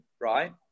right